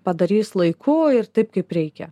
padarys laiku ir taip kaip reikia